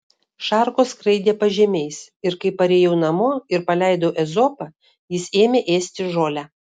šarkos skraidė pažemiais ir kai parėjau namo ir paleidau ezopą jis ėmė ėsti žolę